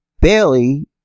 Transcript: Bailey